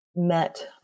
met